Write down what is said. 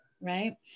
right